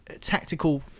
tactical